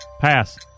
Pass